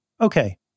Okay